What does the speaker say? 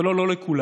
אבל לא לכולם.